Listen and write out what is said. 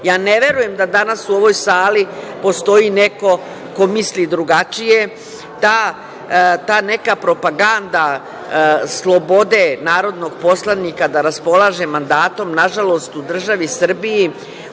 ne verujem da danas u ovoj sali postoji neko ko misli drugačije. Ta neka propaganda slobode narodnog poslanika da raspolaže mandatom, nažalost, u državi Srbiji